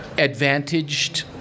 advantaged